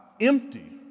empty